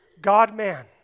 God-man